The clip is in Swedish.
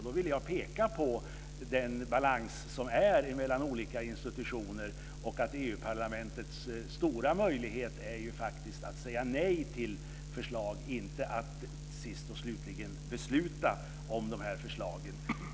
Då ville jag peka på den balans som finns mellan olika institutioner, där EU-parlamentets stora möjlighet faktiskt är att säga nej till förslag, inte att sist och slutligen besluta om dessa förslag.